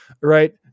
right